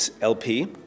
LP